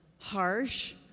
harsh